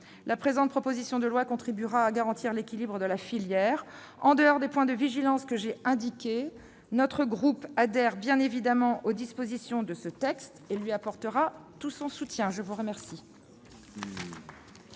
La présente proposition de loi contribuera à garantir l'équilibre de la filière. En dehors des points de vigilance que j'ai indiqués, les membres de notre groupe adhèrent bien évidemment aux dispositions de ce texte et lui apporteront tout leur soutien. La discussion